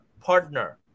partner